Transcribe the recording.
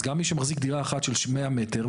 אז גם מי שמחזיק דירה אחת של 100 מ"ר,